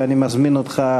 ואני מזמין אותך,